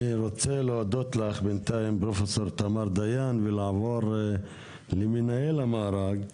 אני רוצה להודות לך בינתיים פרופ' תמר דיין ולעבור למנהל המארג,